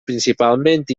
principalment